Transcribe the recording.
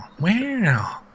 Wow